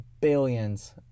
billions